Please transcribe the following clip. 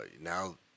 now